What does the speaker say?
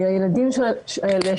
הילדים האלה,